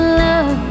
love